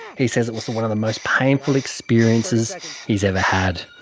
he said it was one of the most painful experiences he's ever had.